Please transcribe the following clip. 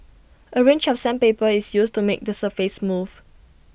A range of sandpaper is used to make the surface smooth